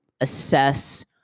assess